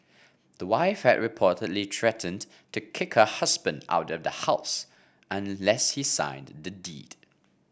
the wife had reportedly threatened to kick her husband out of the house unless he signed the deed